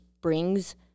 brings